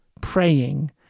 praying